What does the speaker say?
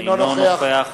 אינו נוכח